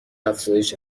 افزایش